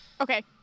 okay